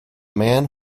man